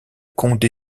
condé